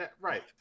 right